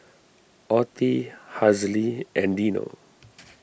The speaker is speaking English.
Ottie Hazle and Dino